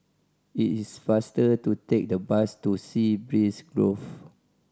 it is faster to take the bus to Sea Breeze Grove